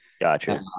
Gotcha